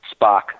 Spock